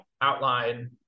outline